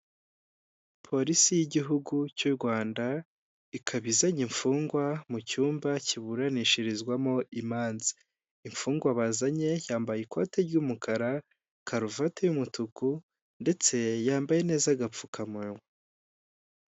Polisi y'igihugu cy'u Rwanda ikaba izanye imfungwa mu cyumba kiburanishirizwamo imanza; imfungwa bazanye yambaye ikote ry'umukara, karuvate y'umutuku ndetse yambaye neza agapfukamunwa.